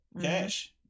Cash